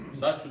such